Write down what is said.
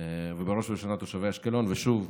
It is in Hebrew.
ובראש ובראשונה תושבי אשקלון, ושוב,